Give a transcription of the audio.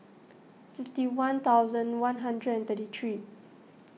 fifty one thousand one hundred and thirty three